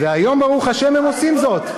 היום ברוך השם הם עושים זאת.